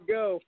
go